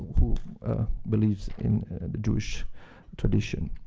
who believes in the jewish tradition.